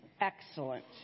Excellent